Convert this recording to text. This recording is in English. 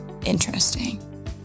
interesting